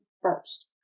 first